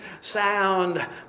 sound